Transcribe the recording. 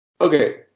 okay